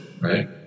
Right